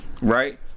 right